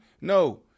No